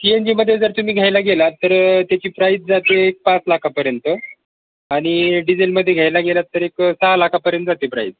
C एन जीमध्ये तुम्ही घ्यायला गेला तर त्याची प्राईज जाते एक पाच लाखापर्यंत आणि डिझेलमध्ये घ्यायला गेला तर एक सहा लाखापर्यंत जाते प्राईज